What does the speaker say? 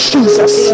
Jesus